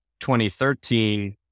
2013